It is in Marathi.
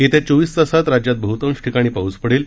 येत्या चोवीस तासांत राज्यांत बहतांश ठिकाणी पाऊस पडेल